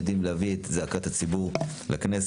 הם יודעים להביא את זעקת הציבור לכנסת.